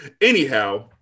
Anyhow